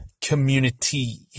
community